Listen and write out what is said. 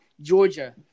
Georgia